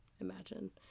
imagine